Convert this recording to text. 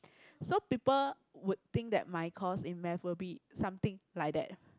so people would think that my course in math will be something like that